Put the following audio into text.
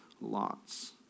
lots